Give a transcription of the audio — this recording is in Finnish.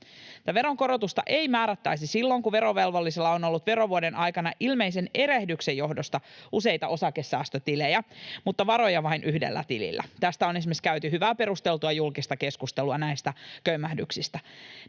veronkorotusta ei määrättäisi silloin, kun verovelvollisella on ollut verovuoden aikana ilmeisen erehdyksen johdosta useita osakesäästötilejä mutta varoja vain yhdellä tilillä. Näistä kömmähdyksistä on esimerkiksi käyty hyvää, perusteltua julkista keskustelua. Näissä tilanteissa